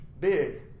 big